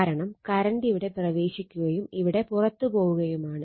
കാരണം കറണ്ട് ഇവിടെ പ്രവേശിക്കുകയും ഇവിടെ പുറത്തു പോവുകയുമാണ്